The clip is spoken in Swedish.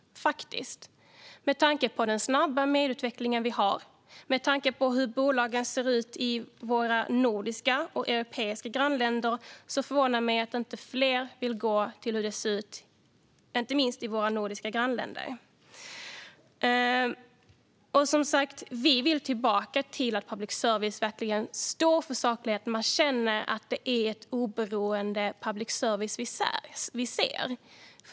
Med tanke på den snabba medieutveckling vi har och med tanke på hur bolagen ser ut i våra nordiska och europeiska grannländer förvånar det mig att inte fler vill gå efter hur det ser ut inte minst i våra nordiska grannländer. Vi vill som sagt tillbaka till att public service verkligen står för saklighet och till att man känner att det är en oberoende public service man ser.